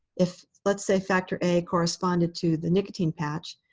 if, let's say, factor a corresponded to the nicotine patch,